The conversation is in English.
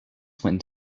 went